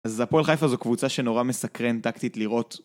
אז הפועל חיפה זו קבוצה שנורא מסקרן טקטית לראות